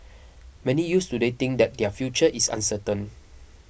many youths today think that their future is uncertain